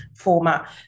format